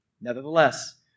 Nevertheless